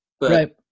Right